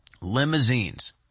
Limousines